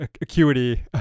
acuity